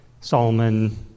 Solomon